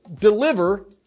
deliver